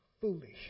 foolish